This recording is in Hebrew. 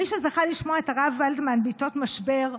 מי שזכה לשמוע את הרב ולדמן בעיתות משבר,